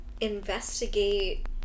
investigate